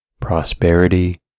prosperity